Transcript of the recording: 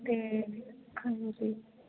ਅਤੇ ਹਾਂਜੀ